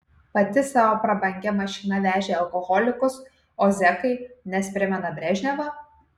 pati savo prabangia mašina vežė alkoholikus o zekai nes primena brežnevą